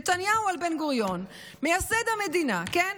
נתניהו על בן-גוריון, מייסד המדינה, כן.